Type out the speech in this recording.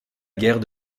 guerre